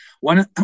One